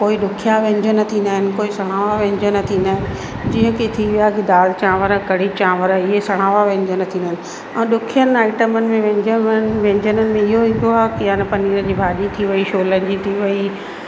कोई ॾुखिया व्यंजन थींदा आहिनि कोई समावा व्यंजन थींदा आहिनि जीअं की थी विया की दाल चांवर कढ़ी चांवर हीअ समावा व्यंजन थींदा आहिनि ऐं ॾुखियनि आइटमनि में व्यंजन व्यंजननि में इहो ईंदो आहे की आए न पनीर ई भाॼी थी वई छोलनि जी थी वई